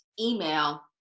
email